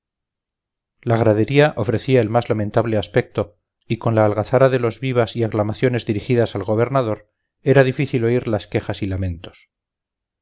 la gradería ofrecía el más lamentable aspecto y con la algazara de los vivas y aclamaciones dirigidas al gobernador era difícil oír las quejas y lamentos